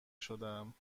شدهام